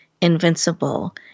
invincible